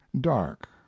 dark